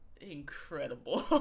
incredible